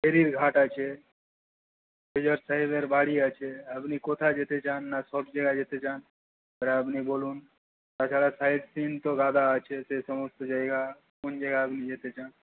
ফেরির ঘাট আছে মেজর সাহেবের বাড়ি আছে আপনি কোথায় যেতে চান না সব জায়গায় যেতে চান আপনি বলুন তাছাড়া সাইটসিয়িং তো গাদা আছে সে সমস্ত জায়গা কোন জায়গা আপনি যেতে চান